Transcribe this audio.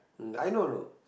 mm I know know